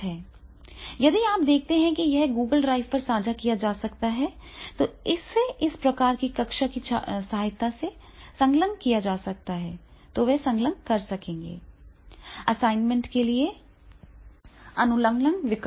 यदि आप देखते हैं कि यह Google ड्राइव पर साझा किया जा सकता है या इसे इस प्रकार की कक्षा की सहायता से संलग्न किया जा सकता है तो वे संलग्न कर सकेंगे असाइनमेंट के लिए अनुलग्नक विकल्प